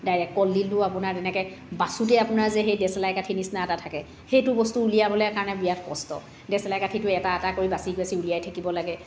direct কলদিলটোও আপোনাৰ তেনেকৈ বাচোতেই আপোনাৰ যে সেই ডেচলাই কাঠি নিচিনা এটা থাকে সেইটো বস্তু উলিয়াবলৈ কাৰণে বিৰাট কষ্ট ডেচলাই কাঠিটো এটা এটাকৈ বাচি বাচি উলিয়াই থাকিব লাগে